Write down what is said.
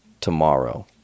Tomorrow